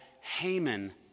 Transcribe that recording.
Haman